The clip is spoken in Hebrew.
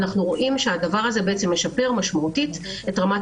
אנחנו רואים שהדבר הזה משפר משמעותית את רמת